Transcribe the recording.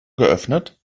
geöffnet